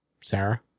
Sarah